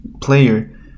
player